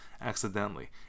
accidentally